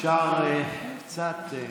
אפשר קצת?